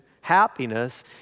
happiness